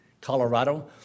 Colorado